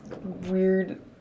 weird